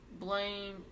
Blame